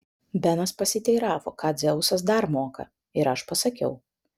benas pasiteiravo ką dzeusas dar moka ir aš pasakiau